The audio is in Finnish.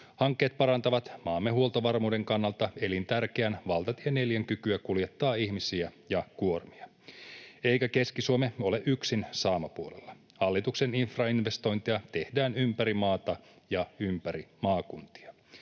Hankkeet parantavat maamme huoltovarmuuden kannalta elintärkeän valtatie 4:n kykyä kuljettaa ihmisiä ja kuormia. Eikä yksin Keski-Suomi ole saamapuolella. Hallituksen infrainvestointeja tehdään ympäri maata ja ympäri maakuntia.